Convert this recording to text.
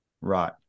right